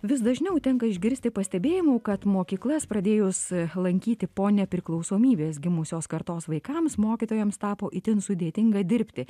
vis dažniau tenka išgirsti pastebėjimų kad mokyklas pradėjus lankyti po nepriklausomybės gimusios kartos vaikams mokytojams tapo itin sudėtinga dirbti